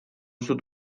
sud